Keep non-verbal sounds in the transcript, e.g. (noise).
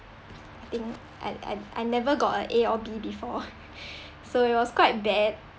I think I I I never got a A or B before (laughs) so it was quite bad